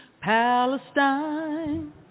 Palestine